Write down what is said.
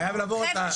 חייב לעבור את,